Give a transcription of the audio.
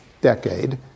decade